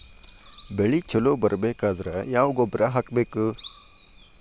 ಬೆಳಿ ಛಲೋ ಬರಬೇಕಾದರ ಯಾವ ಗೊಬ್ಬರ ಹಾಕಬೇಕು?